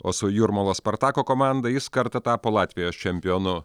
o su jūrmalos spartako komanda jis kartą tapo latvijos čempionu